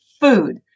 food